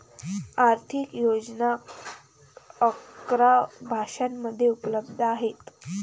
आर्थिक योजना अकरा भाषांमध्ये उपलब्ध आहेत